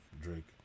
Drake